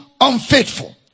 unfaithful